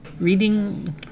reading